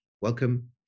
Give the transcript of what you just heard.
Welcome